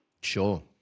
Sure